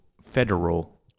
federal